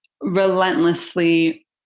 relentlessly